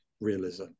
realism